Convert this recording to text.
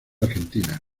argentina